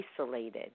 isolated